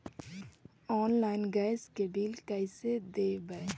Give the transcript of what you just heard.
Online gas के bill कैसे देबै?